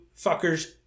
fuckers